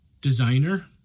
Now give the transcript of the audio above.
designer